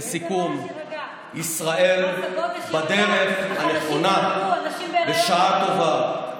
לסיכום, ישראל בדרך הנכונה, בשעה טובה.